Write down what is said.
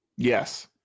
yes